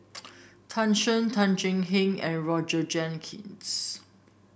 Tan Shen Tan Thuan Heng and Roger Jenkins